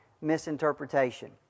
misinterpretation